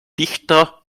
dichter